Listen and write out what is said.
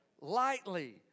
Lightly